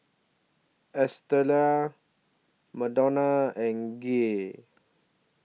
Estella Madonna and Gia